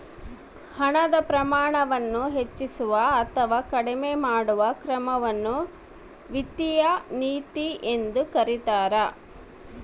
ಹಣದ ಪ್ರಮಾಣವನ್ನು ಹೆಚ್ಚಿಸುವ ಅಥವಾ ಕಡಿಮೆ ಮಾಡುವ ಕ್ರಮವನ್ನು ವಿತ್ತೀಯ ನೀತಿ ಎಂದು ಕರೀತಾರ